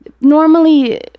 Normally